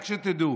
רק שתדעו.